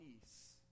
peace